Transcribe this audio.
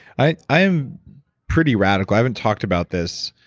i i am pretty radical. i haven't talked about this,